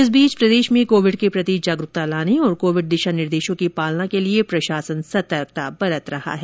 इस बीच प्रदेश में कोविड के प्रति जागरूकता लाने और कोविड दिशा निर्देशों की पालना के लिए प्रशासन सतर्कता बरत रहा है